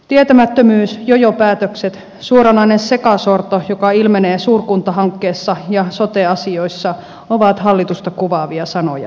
tietämättömyys jojopäätökset suoranainen sekasorto joka ilmenee suurkuntahankkeessa ja sote asioissa ovat hallitusta kuvaavia sanoja